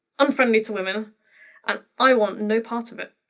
unfriendly to women and i want no part of it.